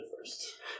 first